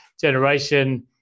generation